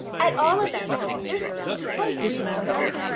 at all events this seemed quite reasonable,